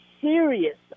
serious